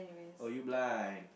oh you blind